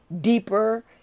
deeper